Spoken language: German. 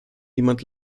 niemand